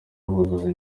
buzuza